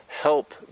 help